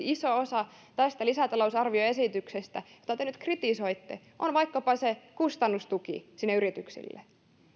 iso osa tästä lisätalousarvioesityksestä jota te nyt kritisoitte on vaikkapa se kustannustuki yrityksille